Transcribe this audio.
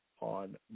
on